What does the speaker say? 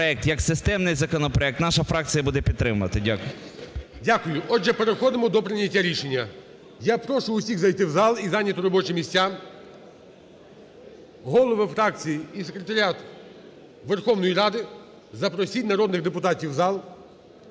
Дякую. Отже, переходимо до прийняття рішення. Я прошу усіх зайти в зал і зайняти робочі місця. Голови фракцій і секретаріат Верховної Ради, запросіть народних депутатів в зал.